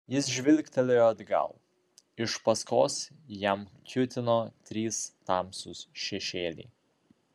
jis žvilgtelėjo atgal iš paskos jam kiūtino trys tamsūs šešėliai